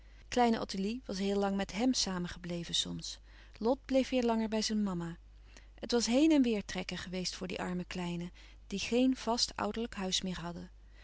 kleine ottilie was heel lang met hèm samen gebleven soms lot bleef weêr langer bij zijn mama het was heen en weêr trekken geweest voor die arme kleinen die geen vast ouderlijk huis meer hadden